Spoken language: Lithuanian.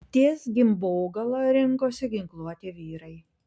ties gimbogala rinkosi ginkluoti vyrai